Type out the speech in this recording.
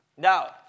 Now